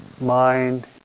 mind